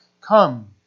Come